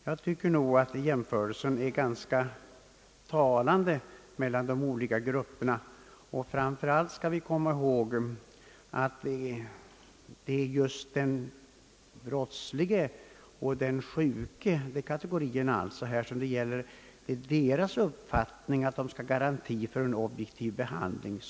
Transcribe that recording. Jag tycker att jämförelsen är ganska talande mellan de olika grupperna, och framför allt skall vi komma ihåg att det är just den brottslige och den sjuke själva, de kategorier det här gäller, som bör få uppfattningen att de har garantier för en objektiv behandling.